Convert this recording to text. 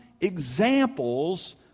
examples